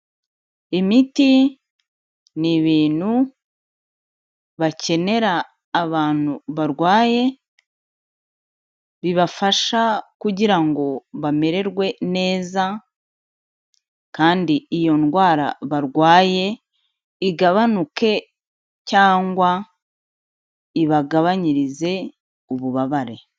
Imiti ni ibintu bakenera abantu barwaye, bibafasha kugira ngo bamererwe neza kandi iyo ndwara barwaye igabanuke cyangwa ibagabanyirize ububabare.